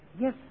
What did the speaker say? yes